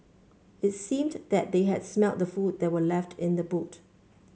it seemed that they had smelt the food that were left in the boot